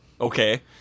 Okay